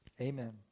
Amen